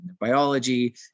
biology